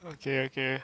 okay okay